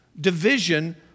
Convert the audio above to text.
division